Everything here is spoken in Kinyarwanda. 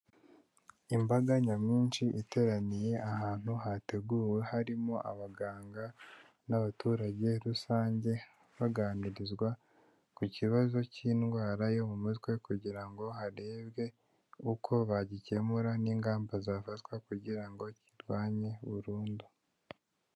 Imbaga nyamwinshi iteraniye ahantu hateguwe harimo abaganga n'abaturage rusange, baganirizwa ku kibazo cy'indwara yo mu mutwe kugira ngo harebwe uko bagikemura n'ingamba zafatwa kugira ngo kirwanye burundu.